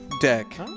deck